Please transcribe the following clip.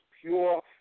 pure